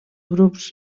grups